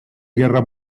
guerra